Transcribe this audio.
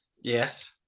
Yes